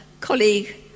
colleague